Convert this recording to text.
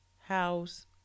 house